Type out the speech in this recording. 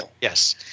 yes